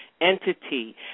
entity